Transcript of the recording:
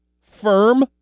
firm